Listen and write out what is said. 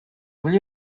will